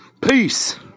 Peace